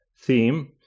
theme